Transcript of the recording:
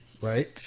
right